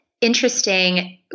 interesting